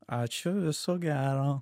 ačiū viso gero